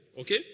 okay